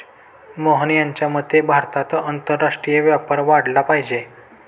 मोहन यांच्या मते भारतात आंतरराष्ट्रीय व्यापार वाढला पाहिजे